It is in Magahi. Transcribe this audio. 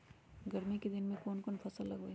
गर्मी के दिन में कौन कौन फसल लगबई?